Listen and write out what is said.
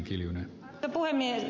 arvoisa puhemies